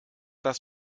das